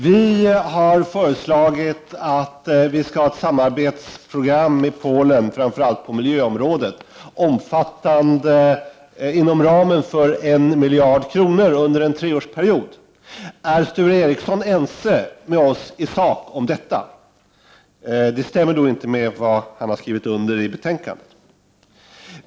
Vi har föreslagit att vi skall ha ett samarbetsprogram med Polen på framför allt miljöområdet inom ramen för 1 miljard kronor under en treårsperiod. Är Sture Ericson ense med oss i sak om detta? Det stämmer i så fall inte med vad han har skrivit under i betänkandet.